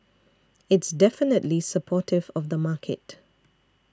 it's definitely supportive of the market